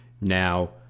Now